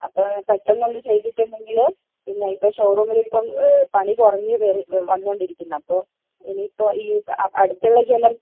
അപ്പോൾ പെട്ടെന്ന് അത് ചെയ്തിട്ടുണ്ടെങ്കിൽ പിന്നെ ഇപ്പം ഷോറൂമിൽ ഇപ്പം പണി കുറഞ്ഞ് വര് വന്നുകൊണ്ടിരിക്കുന്നത് അപ്പോൾ ഇനിയിപ്പോൾ ഈ അടുത്തുള്ള ജ്വല്ലറി